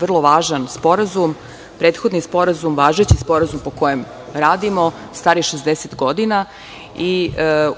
vrlo važan sporazum. Prethodni sporazum, važeći sporazum po kojem radimo star je 60 godina i